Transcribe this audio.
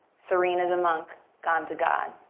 serene as a monk gone to god.